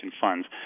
funds